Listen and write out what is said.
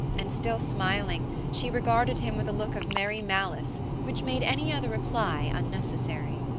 and still smiling, she regarded him with a look of merry malice which made any other reply unnecessary.